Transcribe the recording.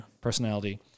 personality